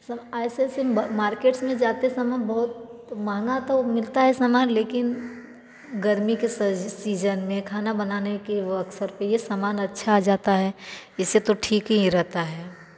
सब ऐसे ऐसे मार्केट में जाते समय बहुत महँगा तो मिलता है सामान लेकिन गर्मी के सीजन में खाना बनाना के वो अवसर पे ये सामान अच्छा आ जाता है इससे तो ठीक ही रहता है